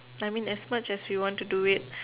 I mean as much as you want to do it